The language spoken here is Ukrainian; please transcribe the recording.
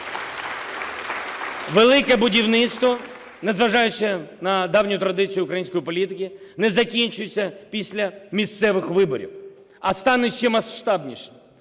Велике будівництво, незважаючи на давню традицію української політики, не закінчується після місцевих виборів, а стане ще масштабнішим.